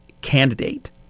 candidate